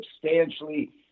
substantially